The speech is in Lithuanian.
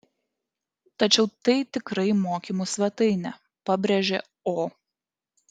tačiau tai tikrai mokymų svetainė pabrėžė o